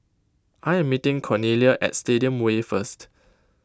I am meeting Cornelia at Stadium Way first